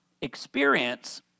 experience